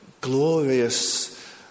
glorious